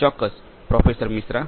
ચોક્કસ પ્રોફેસર મિશ્રા